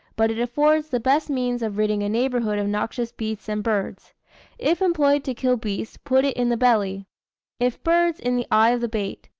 but it affords the best means of ridding a neighbourhood of noxious beasts and birds if employed to kill beasts, put it in the belly if, birds, in the eye, of the bait.